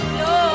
no